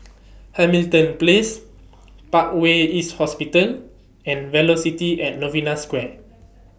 Hamilton Place Parkway East Hospital and Velocity At Novena Square